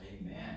Amen